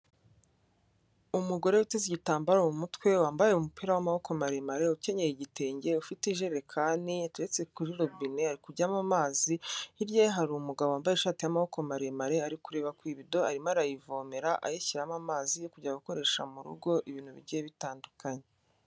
Umugore uteze igitambaro mu mutwe, wambaye umupira w'amaboko maremare, ukenyeye igitenge, ufite ijerekani, yateretse kuri robine, hari kujyamo amazi, hirya ye hari umugabo wambaye ishati y'amaboko maremare, ari kureba ku ibido, arimo arayivomera ayishyiramo amazi yo kujya gukoresha mu rugo, ibintu bigiye bitandukanye.